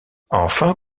enfin